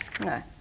No